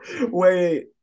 Wait